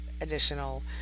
additional